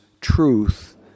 truth